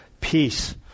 peace